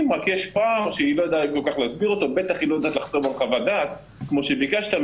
אני לא רוצה לנפח סתם